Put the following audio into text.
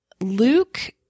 Luke